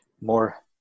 more